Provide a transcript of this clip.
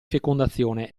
fecondazione